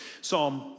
Psalm